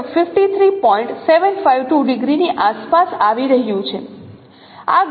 752 ડિગ્રીની આસપાસ આવી રહ્યું છે